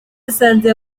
asanze